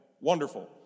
Wonderful